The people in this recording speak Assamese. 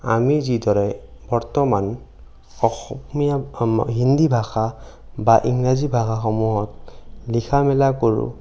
আমি যিদৰে বৰ্তমান অসমীয়া আমা হিন্দী ভাষা বা ইংৰাজী ভাষাসমূহত লিখা মেলা কৰোঁ